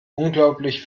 unglaublich